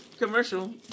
commercial